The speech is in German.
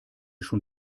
schon